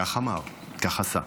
כך אמר, כך עשה.